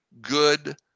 good